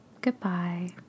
Goodbye